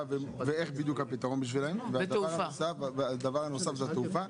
ואיך בדיוק הפתרון בשבילם והדבר הנוסף זה התעופה.